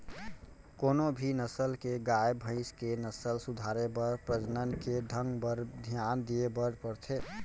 कोनों भी नसल के गाय, भईंस के नसल सुधारे बर प्रजनन के ढंग बर धियान दिये बर परथे